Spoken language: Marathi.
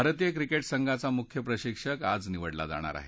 भारतीय क्रिकेट संघाचा मुख्य प्रशिक्षक आज निवडला जाणार आहे